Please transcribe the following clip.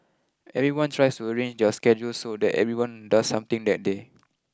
everyone tries to arrange their schedules so that everyone does something that day